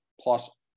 plus